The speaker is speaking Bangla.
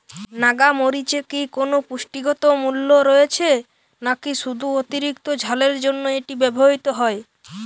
নাগা মরিচে কি কোনো পুষ্টিগত মূল্য রয়েছে নাকি শুধু অতিরিক্ত ঝালের জন্য এটি ব্যবহৃত হয়?